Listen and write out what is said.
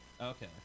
Okay